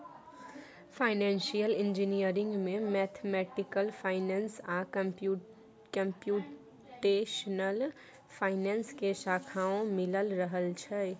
financial engineering में mathematical finance आ computational finance के शाखाओं मिलल रहइ छइ